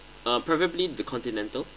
um preferably the continental